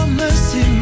mercy